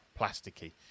plasticky